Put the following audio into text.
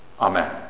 Amen